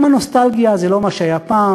גם הנוסטלגיה זה לא מה שהיה פעם,